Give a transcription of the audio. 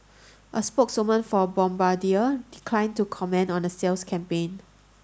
a spokeswoman for Bombardier declined to comment on a sales campaign